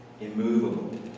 immovable